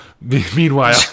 Meanwhile